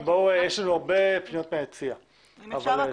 אם אפשר משפט